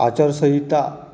आचारसंहिता